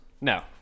No